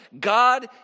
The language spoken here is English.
God